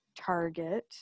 target